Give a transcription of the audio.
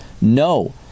No